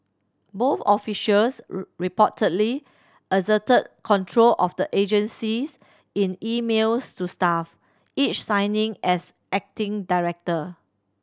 both officials reportedly asserted control of the agencies in emails to staff each signing as acting director